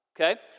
Okay